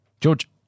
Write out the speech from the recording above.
George